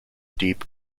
deep